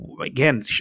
Again